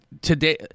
today